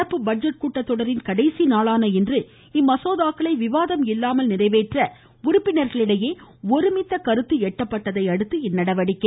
நடப்பு பட்ஜெட் கூட்டத்தொடரின் கடைசி நாளான இன்று இம்மசோதாக்களை விவாதம் இல்லாமல் நிறைவேற்ற உறுப்பினர்களிடையே ஒருமித்த கருத்து எட்டப்பட்டதையடுத்து இந்நடவடிக்கை